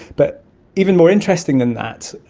but even more interesting than that,